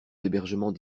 l’hébergement